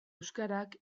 euskarak